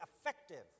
effective